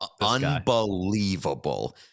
Unbelievable